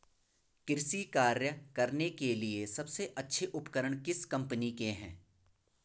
कृषि कार्य करने के लिए सबसे अच्छे उपकरण किस कंपनी के हैं?